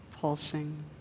pulsing